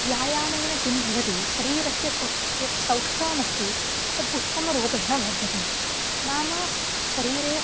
व्यायामेन किं भवति शरीरस्य सौ यत् सौष्ठवमस्ति तद् उत्तमरूपेण वर्धते नाम शरीरे